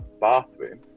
bathroom